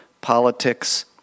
politics